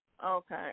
Okay